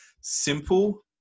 simple